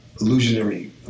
illusionary